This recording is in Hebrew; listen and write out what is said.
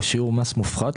או שיעור מס מופחת,